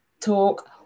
talk